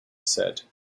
said